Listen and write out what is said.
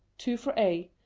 two for a,